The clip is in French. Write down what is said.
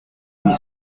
huit